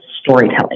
storytelling